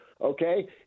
okay